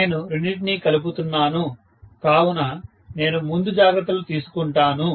నేను రెండింటినీ కలుపుతున్నాను కావున నేను ముందు జాగ్రత్తలు తీసుకుంటాను